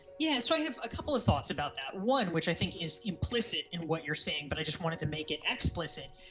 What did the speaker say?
yeah, so i have a couple of thoughts about that. one which i think is implicit in what you're saying but i just wanted to make it explicit,